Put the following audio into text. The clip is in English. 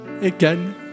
again